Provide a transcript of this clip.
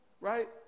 right